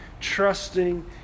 trusting